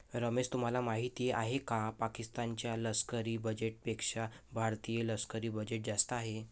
रमेश तुम्हाला माहिती आहे की पाकिस्तान च्या लष्करी बजेटपेक्षा भारतीय लष्करी बजेट जास्त आहे